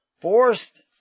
forced